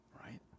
right